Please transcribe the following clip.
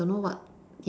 don't know what